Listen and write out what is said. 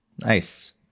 Nice